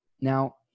Now